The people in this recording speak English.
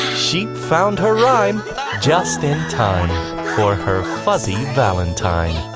sheep found her rhyme just in time for her fuzzy valentine.